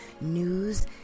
News